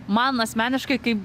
man asmeniškai kaip